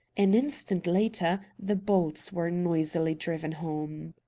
an instant later the bolts were noisily driven home.